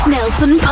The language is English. Nelson